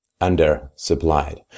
under-supplied